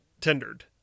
tendered